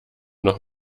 noch